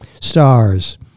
stars